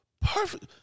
perfect